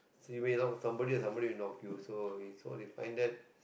so you know somebody somebody will knock you so so we find that